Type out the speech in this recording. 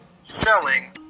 selling